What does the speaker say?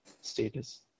status